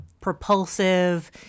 propulsive